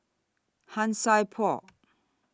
Han Sai Por